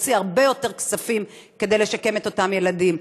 להוציא הרבה יותר כספים כדי לשקם את אותם ילדים.